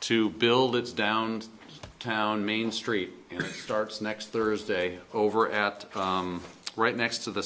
to build it's down town main street starts next thursday over at right next to the